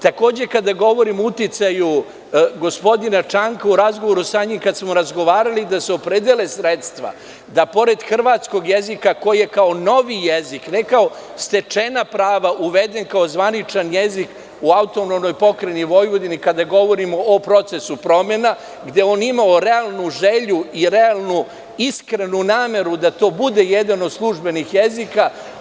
Takođe, kada govorimo o uticaju gospodina Čanka, u razgovoru sa njim kada smo razgovarali, da se opredele sredstva i da pored hrvatskog jezika koji je kao novi jezik, ne kao stečena prava, uveden kao zvaničan jezik u AP Vojvodini kada govorimo o procesu promena gde je on imao realnu želju i realnu iskrenu nameru da to bude jedan od službenih jezika.